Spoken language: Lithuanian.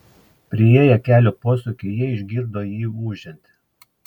priėję kelio posūkį jie išgirdo jį ūžiant